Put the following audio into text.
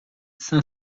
cinq